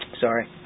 sorry